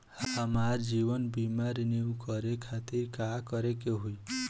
हमार जीवन बीमा के रिन्यू करे खातिर का करे के होई?